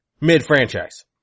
mid-franchise